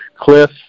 Cliff